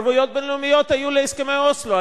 ערבויות בין-לאומיות היו להסכמי אוסלו.